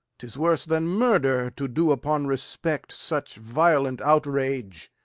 tis worse than murther to do upon respect such violent outrage.